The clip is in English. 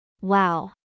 Wow